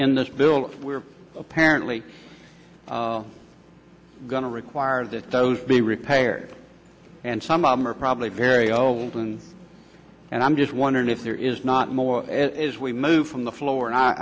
in this bill were apparently going to require that those be repaired and some of them are probably very old and and i'm just wondering if there is not more as we move from the floor and i